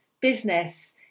business